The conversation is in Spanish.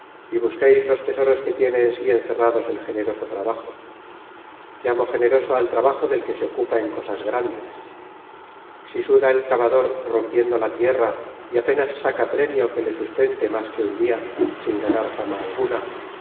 y busqueis los tesoros que tiene en sí encerrados el generoso trabajo llamo generoso al trabajo del que se ocupa en cosas grandes si suda el cavador rompiendo la tierra y apenas saca premio que le sustente más que un dia sin ganar fama alguna